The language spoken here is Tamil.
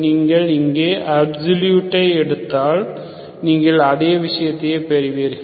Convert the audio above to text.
நீங்கள் இங்கே அப்சல்யூட் ஐ எடுத்தாள் நீங்கள் அதையே பெறுவீர்கள்